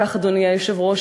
אדוני היושב-ראש,